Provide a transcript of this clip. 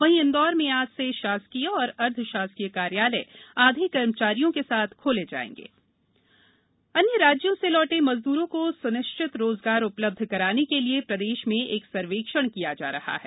वहीं इंदौर में आज स शासकीय और अर्धशासकीय कार्यालय आध कर्मचारियों का साथ खोल जाएंग श्रमिक सर्वे अन्य राज्यों स लौट मजदूरों को स्निश्चित रोजगार उपलब्ध करान क लिए प्रदश्न में एक सर्वेक्षण किया जा रहा है